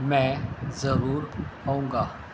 میں ضرور آؤں گا